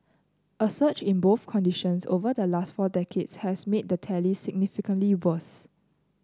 a surge in both conditions over the last four decades has made the tally significantly worse